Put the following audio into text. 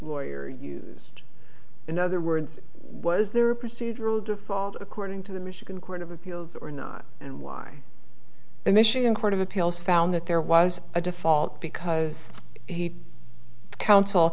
lawyer used in other words was there a procedural default according to the michigan court of appeals or not and why the michigan court of appeals found that there was a default because he counsel